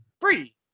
free